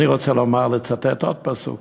אני רוצה לצטט עוד פסוק